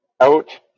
Out